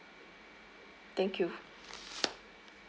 thank you